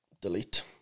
delete